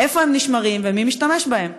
איפה הם נשמרים ומי משתמש בהם.